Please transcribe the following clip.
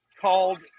called